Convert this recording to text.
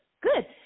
good